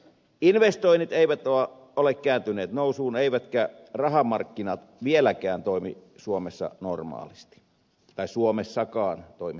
investoinnit eivät ole kääntyneet nousuun eivätkä rahamarkkinat vieläkään toimi suomessakaan normaalisti